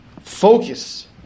focus